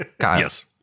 Yes